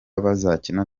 bazakina